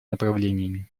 направлениями